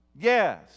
Yes